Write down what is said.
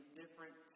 different